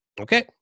Okay